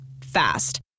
Fast